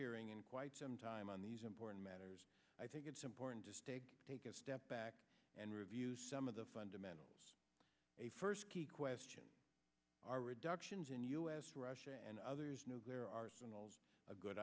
hearing in quite some time on these important matters i think it's important to take a step back and review some of the fundamental a first key question are reductions in u s russia and others nuclear arsenals a good